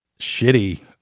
shitty